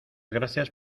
gracias